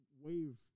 wave